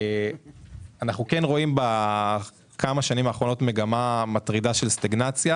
אמנם אנחנו רואים בשנים האחרונות מגמה מטרידה של סטגנציה